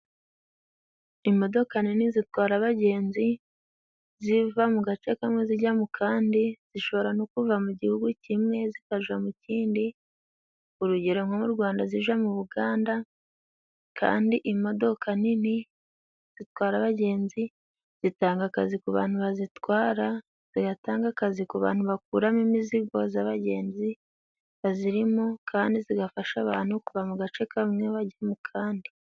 Imodoka nini zitwara abagenzi, ziva mu gace kamwe zija mu kandi. Zishobora no kuva mu gihugu kimwe zikaja mu kindi urugero nk'u Rwanda zija mu Buganda, kandi imodoka nini zitwara abagenzi zitanga akazi ku bantu bazitwara, zigatanga akazi ku bantu bakuramo imizigo z'abagenzi bazirimo, kandi zigafasha abantu kuva mu gace kamwe baja mu kandi.